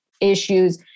issues